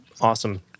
awesome